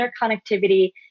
interconnectivity